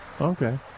Okay